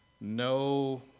no